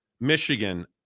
Michigan